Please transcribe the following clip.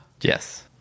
Yes